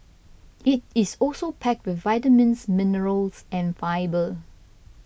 it is also packed with vitamins minerals and fibre